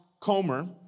Comer